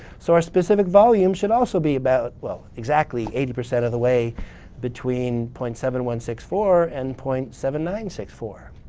so our specific volume should also be about well, exactly eighty percent of the way between point seven one six four and point seven nine six four.